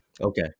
Okay